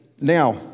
Now